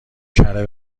کره